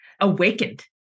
awakened